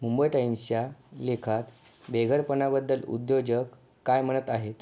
मुंबई टाइम्सच्या लेखात बेघरपणाबद्दल उद्योजक काय म्हणत आहेत